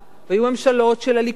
והיו ממשלות של הליכוד,